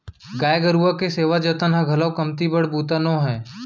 गाय गरूवा के सेवा जतन ह घलौ कमती बड़ बूता नो हय